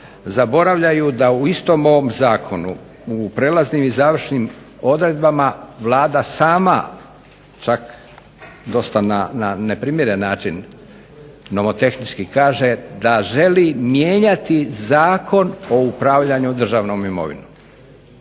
zaboravljaju da u istom ovom zakonu u Prijelaznim i završnim odredbama Vlada sama čak dosta na neprimjeren način nomotehnički kaže da želi mijenjati zakon o upravljanju državnom imovinom.